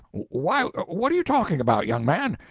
why, what are you talking about, young man?